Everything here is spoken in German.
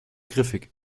griffig